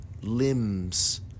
limbs